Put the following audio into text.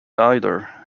either